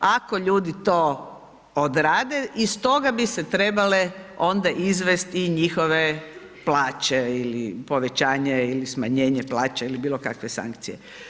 Ako ljudi to odrade iz toga bi se trebale onda izvesti i njihove plaće ili povećanje ili smanjenje plaća ili bilo kakve sankcije.